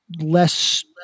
less